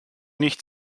nicht